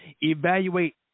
evaluate